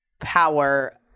power